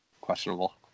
questionable